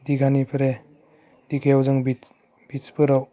डिगानिफ्राइ डिगायाव जों बीजफोराव